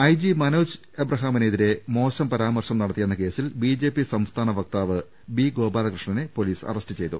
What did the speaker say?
I G Manoj അബ്രഹാമിനെതിരെ മോശം പരാമർശം നട ത്തിയെന്ന കേസിൽ ബിജെപി സംസ്ഥാന വക്താവ് ബി ഗോപാ ലകൃഷ്ണനെ പൊലീസ് അറസ്റ്റ് ചെയ്തു